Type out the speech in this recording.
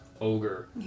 ogre